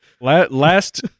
Last